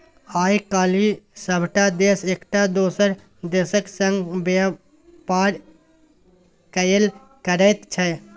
आय काल्हि सभटा देश एकटा दोसर देशक संग व्यापार कएल करैत छै